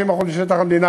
60% משטח המדינה,